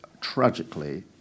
tragically